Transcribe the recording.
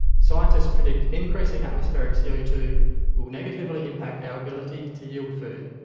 scientists predict increasing atmospheric c o two will negatively impact our ability to yield food.